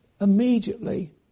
immediately